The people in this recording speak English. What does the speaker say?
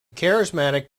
charismatic